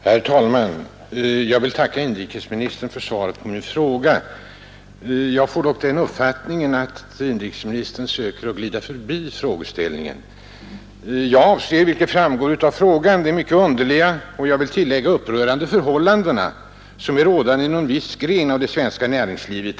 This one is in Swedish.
Herr talman! Jag vill tacka inrikesministern för svaret på min fråga. Jag får dock den uppfattningen att inrikesministern söker glida förbi frågeställningen jag avser, vilket framgår av frågan, de mycket underliga och — vill jag tillägga — upprörande förhållanden som är rådande inom en viss gren av det svenska näringslivet.